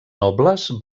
nobles